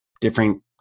different